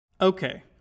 Okay